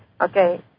Okay